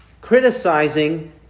criticizing